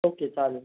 okay चालेल